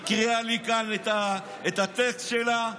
הקריאה לי כאן את הטקסט שלה.